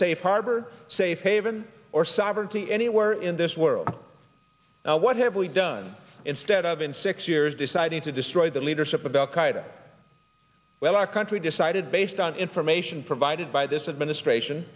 safe harbor safe haven or sovereignty anywhere in this world what have we done instead of in six years deciding to destroy the leadership of al qaeda well our country decided based on information provided by this administration